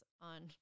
on